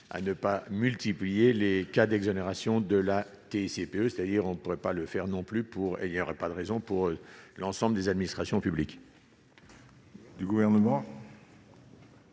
à ne pas multiplier les cas d'exonération de la TICPE, c'est-à-dire on ne pourrait pas le faire non plus pour et il y aurait pas de raison pour l'ensemble des administrations publiques. Du gouvernement.